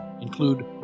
include